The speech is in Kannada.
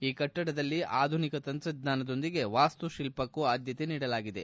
ಈ ಕಟ್ಟಡದಲ್ಲಿ ಆಧುನಿಕ ತಂತ್ರಜ್ಞಾನದೊಂದಿಗೆ ವಾಸ್ತುತಿಲ್ಲಕ್ಕೂ ಆದ್ದತೆ ನೀಡಲಾಗಿದೆ